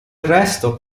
resto